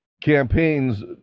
campaigns